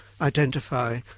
identify